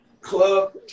Club